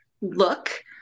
look